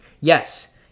Yes